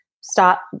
stop